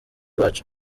bacu